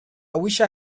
wished